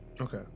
Okay